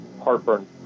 Heartburn